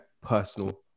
personal